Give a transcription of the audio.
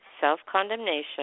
self-condemnation